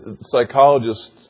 Psychologists